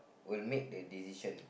will make the decision